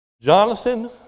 Jonathan